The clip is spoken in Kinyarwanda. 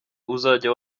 uzajya